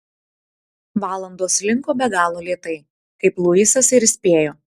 valandos slinko be galo lėtai kaip luisas ir įspėjo